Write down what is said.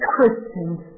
Christians